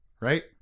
right